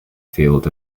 field